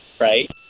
Right